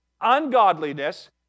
Ungodliness